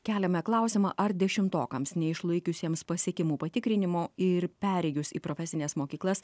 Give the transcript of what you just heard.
keliame klausimą ar dešimtokams neišlaikiusiems pasiekimų patikrinimo ir perėjus į profesines mokyklas